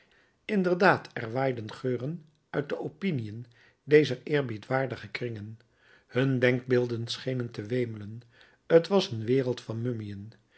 inderdaad er waaiden geuren uit de opiniën dezer eerbiedwaardige kringen hun denkbeelden schenen te wemelen t was een wereld van